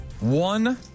One